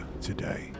today